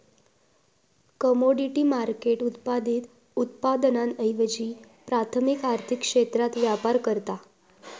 commodity market उत्पादित उत्पादनांऐवजी प्राथमिक आर्थिक क्षेत्रात व्यापार करता